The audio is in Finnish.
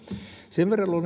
sen verran